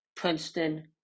Princeton